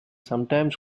sometimes